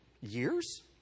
Years